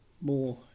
more